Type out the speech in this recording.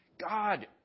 God